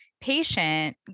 patient